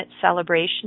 celebration